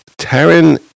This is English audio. Taryn